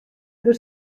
der